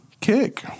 kick